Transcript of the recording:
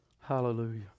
Hallelujah